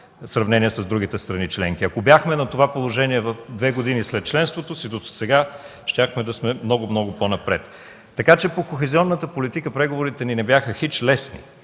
с другите страни членки. Ако бяхме на това положение две години след членството си, досега щяхме да сме много, много по-напред. По кохезионната политика преговорите ни не бяха хич лесни